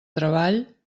treball